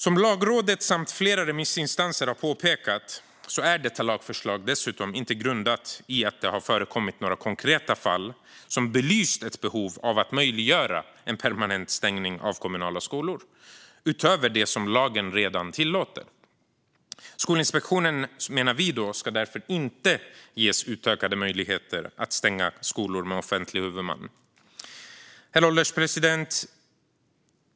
Som Lagrådet och flera remissinstanser har påpekat är detta lagförslag dessutom inte grundat i att det har förekommit några konkreta fall som belyst ett behov av att möjliggöra en permanent stängning av kommunala skolor utöver det som lagen redan tillåter. Skolinspektionen ska därför inte, menar vi, ges utökade möjligheter att stänga skolor med offentlig huvudman. Herr ålderspresident!